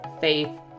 faith